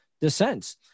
dissents